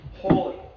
holy